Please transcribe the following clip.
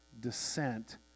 descent